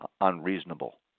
unreasonable